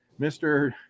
Mr